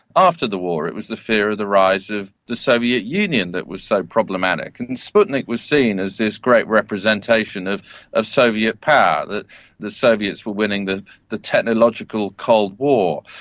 after the war it was the fear of the rise of the soviet union that was so problematic, and sputnik was seen as this great representation of a soviet power, that the soviets were winning the the technological cold war.